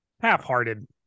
Half-hearted